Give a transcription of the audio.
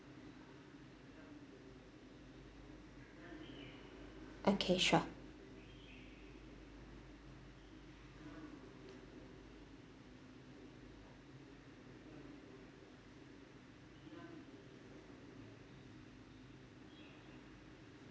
okay sure